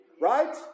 right